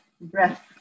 breath